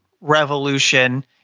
Revolution